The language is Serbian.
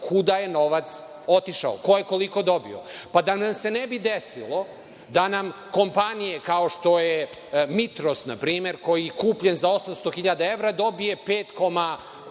kuda je novac otišao, ko je koliko dobio. Pa, da nam se nije desilo da nam kompanije kao što je „Mitros“ na primer, koji je kupljen za 800 hiljada evra dobije 5,5